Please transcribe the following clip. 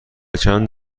چند